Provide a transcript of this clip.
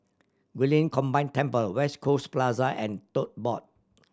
Guilin Combined Temple West Coast Plaza and Tote Board